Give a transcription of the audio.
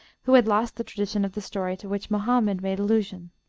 who had lost the tradition of the story to which mohammed made allusion.